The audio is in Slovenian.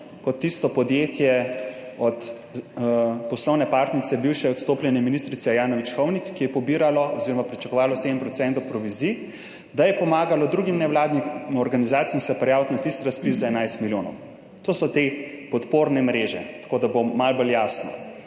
kot tisto podjetje poslovne partnerice bivše, odstopljene ministrice Ajanović Hovnik, ki je pobiralo oziroma pričakovalo 7 % provizij, da je pomagalo drugim nevladnim organizacijam prijaviti se na tisti razpis za 11 milijonov. To so te podporne mreže, tako da bo malo bolj jasno.